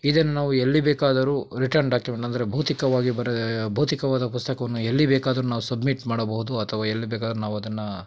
ಇದನ್ನ ನಾವು ಎಲ್ಲಿ ಬೇಕಾದರೂ ರಿಟನ್ ಡಾಕ್ಯುಮೆಂಟ್ ಅಂದರೆ ಭೌತಿಕವಾಗಿ ಬರೆ ಭೌತಿಕವಾದ ಪುಸ್ತಕವನ್ನು ಎಲ್ಲಿ ಬೇಕಾದರೂ ನಾವು ಸಬ್ಮಿಟ್ ಮಾಡಬಹುದು ಅಥವಾ ಎಲ್ಲಿ ಬೇಕಾದರೂ ನಾವದನ್ನು